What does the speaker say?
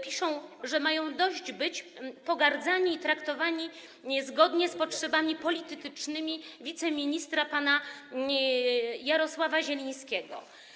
Piszą, że mają dość bycia pogardzanymi i traktowanymi zgodnie z potrzebami politycznymi wiceministra pana Jarosława Zielińskiego.